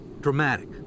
dramatic